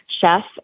chef